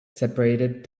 separated